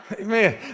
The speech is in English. Amen